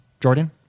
Jordan